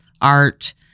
art